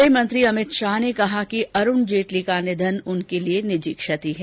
गृहमंत्री अमित शाह ने कहा कि अरुण जेटली का निधन उनके लिए निजी क्षति है